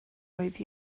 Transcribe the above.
oedd